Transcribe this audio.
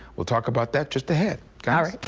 we'll talk about that just ahead car.